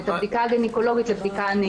את הבדיקה הגניקולוגית לבדיקה נעימה.